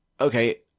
okay